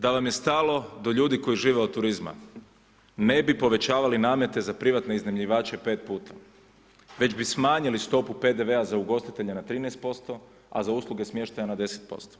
Da vam je stalo do ljudi koji žive od turizma ne bi povećavali namete za privatne iznajmljivače 5 puta, već bi smanjili stopu PDV-a za ugostitelje na 13%, a za usluge smještaja na 10%